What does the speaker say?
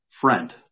friend